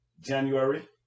January